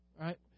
right